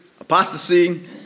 apostasy